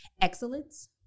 excellence